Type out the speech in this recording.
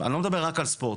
אני לא מדבר רק על ספורט,